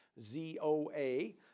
Z-O-A